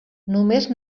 només